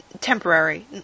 temporary